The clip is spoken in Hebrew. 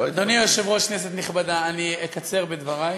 אדוני היושב-ראש, כנסת נכבדה, אני אקצר בדברי